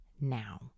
now